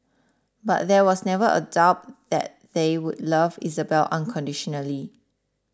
but there was never a doubt that they would love Isabelle unconditionally